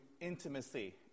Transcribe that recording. intimacy